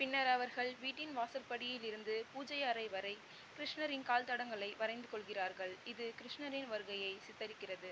பின்னர் அவர்கள் வீட்டின் வாசற்படியிலிருந்து பூஜை அறை வரை கிருஷ்ணரின் கால்தடங்களை வரைந்துகொள்கிறார்கள் இது கிருஷ்ணரின் வருகையை சித்தரிக்கிறது